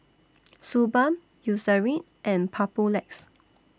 Suu Balm Eucerin and Papulex